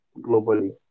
globally